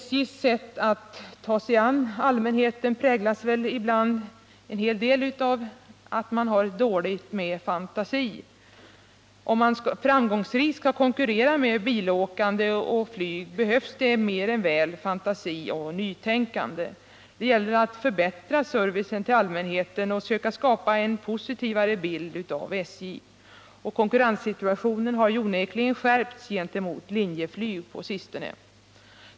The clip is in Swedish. SJ:s sätt att ta sig an allmänhetens önskemål präglas tyvärr av för litet fantasi. För att framgångsrikt kunna konkurrera med biläkande och flyg behövs det mer än väl fantasi och nytänkande. Det gäller att förbättra servicen till allmänheten och att söka skapa en positivare bild av SJ. Konkurrenssituationen har ju onekligen skärpts gentemot Linjeflyg på sistone.